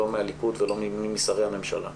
לא מהליכוד ולא משרי הממשלה.